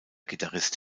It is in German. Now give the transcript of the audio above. gitarrist